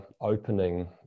opening